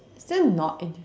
is that not it